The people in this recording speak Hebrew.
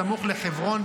סמוך לחברון,